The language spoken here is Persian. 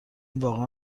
واقعا